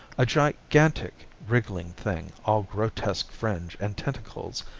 a gigantic wriggling thing, all grotesque fringe and tentacles,